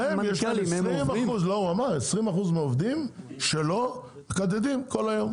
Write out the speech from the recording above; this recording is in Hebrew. יש להם 20% מהעובדים שלו שמקדדים כל היום.